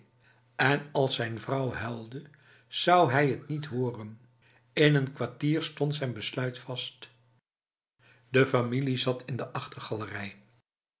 en als zijn vrouw huilde zou hij t niet horen in een kwartier stond zijn besluit vast de familie zat in de